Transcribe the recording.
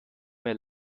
mehr